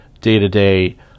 day-to-day